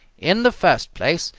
in the first place,